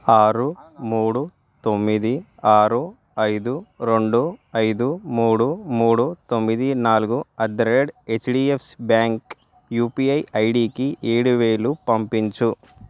ఆరు మూడు తొమ్మిది ఆరు ఐదు రెండు ఐదు మూడు మూడు తొమ్మిది నాలుగు at the rate HDFC bank UPI ఐడికి ఏడు వేలు పంపించు